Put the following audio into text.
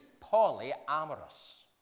polyamorous